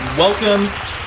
Welcome